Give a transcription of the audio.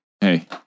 Hey